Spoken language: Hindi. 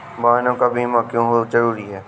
वाहनों का बीमा क्यो जरूरी है?